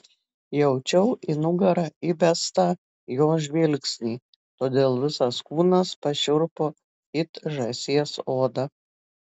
jaučiau į nugarą įbestą jo žvilgsnį todėl visas kūnas pašiurpo it žąsies oda